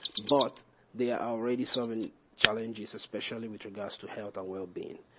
but they are already serving challenges especially with regards to health and wellbeing.